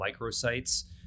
microsites